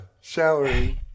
showering